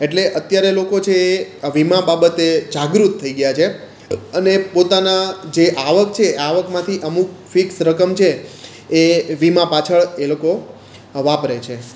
એટલે અત્યારે લોકો છે એ આ વીમા બાબતે જાગૃત થઈ ગયાં છે અને પોતાનાં જે આવક છે આવકમાંથી અમુક ફિક્સ રકમ છે એ વીમા પાછળ એ લોકો વાપરે છે